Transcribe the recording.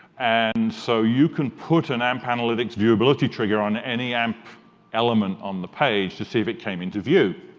and so you can put an amp analytics viewability trigger on any amp element on the page to see if it came into view.